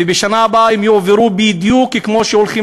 ובשנה הבאה הן יועברו בדיוק כמו שהולכים